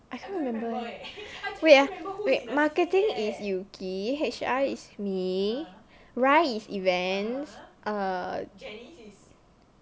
I can't remember eh wait ah wait marketing is yuki H_R is me rai is events err